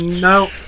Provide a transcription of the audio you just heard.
No